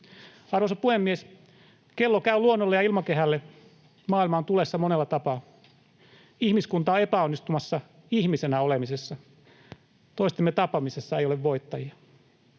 Arvoisa puhemies! Kello käy luonnolle ja ilmakehälle; maailma on tulessa monella tapaa. Ihmiskunta on epäonnistumassa ihmisenä olemisessa, toistemme tappamisessa ei ole voittajia.